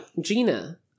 Gina